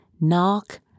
knock